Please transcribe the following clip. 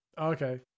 okay